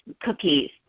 cookies